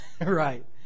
Right